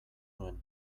nuen